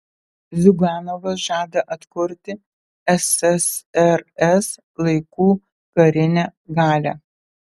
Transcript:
ziuganovas žada atkurti ssrs laikų karinę galią